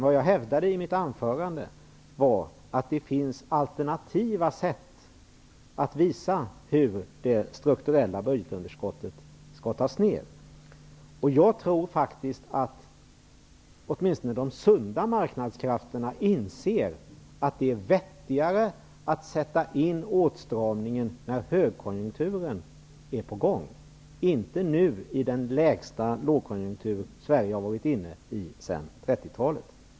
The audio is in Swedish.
Men jag hävdade i mitt anförande att det finns alternativa sätt att visa hur det strukturella budgetunderskottet skall minskas. Jag tror faktiskt att åtminstone de sunda marknadskrafterna inser att det är vettigare att sätta in åtstramningen när högkonjunkturen är på gång -- inte nu i den lägsta lågkonjunkturen Sverige har varit inne i sedan 30-talet.